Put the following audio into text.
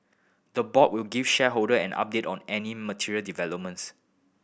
the board will give shareholder an update on any material developments